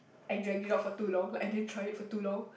I drag it out for too long I didn't try it for too long